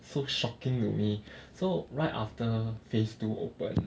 so shocking to me so right after phase two open